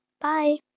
Bye